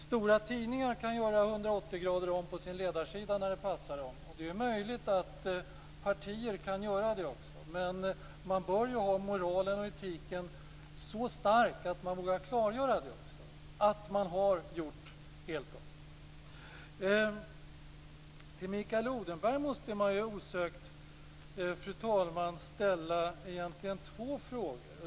Stora tidningar kan göra 180 grader om på sin ledarsida när det passar dem, och det är möjligt att också partier kan göra det. Men man bör ha en så stark etik och moral att man också vågar klargöra att man har gjort helt om. Till Mikael Odenberg måste man, fru talman, ställa två frågor.